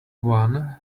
one